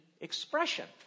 expression